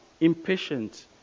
impatient